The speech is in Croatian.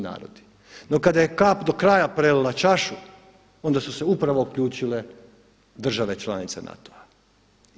No kada je kap do kraja prelila čašu onda su se upravo uključile države članice NATO-a.